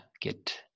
Get